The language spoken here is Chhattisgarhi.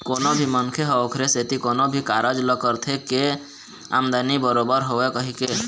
कोनो भी मनखे ह ओखरे सेती कोनो भी कारज ल करथे के आमदानी बरोबर होवय कहिके